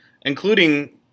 including